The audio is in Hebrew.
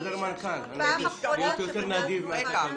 אני מבקש בחוזר מנכ"ל להיות יותר נדיב מהתקנות.